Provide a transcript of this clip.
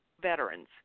veterans